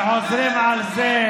וחוזרים על זה,